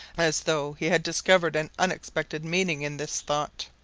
as though he had discovered an unexpected meaning in this thought.